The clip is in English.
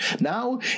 Now